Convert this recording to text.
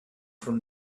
from